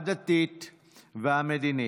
הדתית והמדינית,